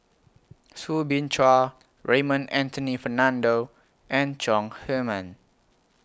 Soo Bin Chua Raymond Anthony Fernando and Chong Heman